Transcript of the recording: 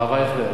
הרב אייכלר,